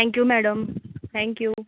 thank you madam thank you